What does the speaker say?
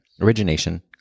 origination